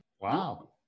Wow